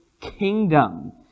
kingdom